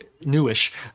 newish